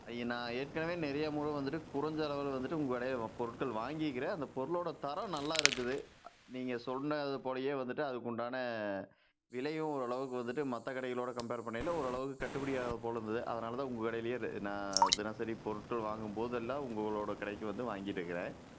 அதை நான் ஏற்கனவே நிறைய முறை வந்துட்டு குறைஞ்சளவுல வந்துட்டு உங்கள் கடையில் பொருட்கள் வாங்கிருக்கிறேன் அந்த பொருளோடய தரம் நல்லா இருக்குது நீங்கள் சொன்னது போலவே வந்துட்டு அதுக்குண்டான விலையும் ஓரளவுக்கு வந்துட்டு மற்ற கடைகளோடு கம்பேர் பண்ணயில் ஓரளவுக்கு கட்டுப்படி ஆகுவது போல் இருந்தது அதனால் தான் உங்கள் கடையிலயே நான் தினசரி பொருட்கள் வாங்கும் போதெல்லாம் உங்களோடய கடைக்கு வந்து வாங்கிட்டுருக்குறேன்